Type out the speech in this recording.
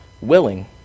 willing